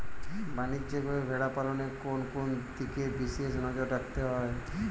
বাণিজ্যিকভাবে ভেড়া পালনে কোন কোন দিকে বিশেষ নজর রাখতে হয়?